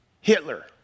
Hitler